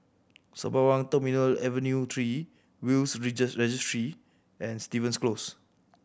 Sembawang Terminal Avenue Three Will's Registry and Stevens Close